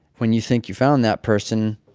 when you think you found that person.